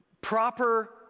proper